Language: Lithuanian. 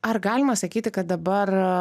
ar galima sakyti kad dabar